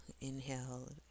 inhale